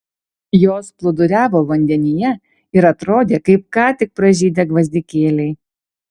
jos plūduriavo vandenyje ir atrodė kaip ką tik pražydę gvazdikėliai